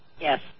Yes